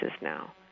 now